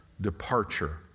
departure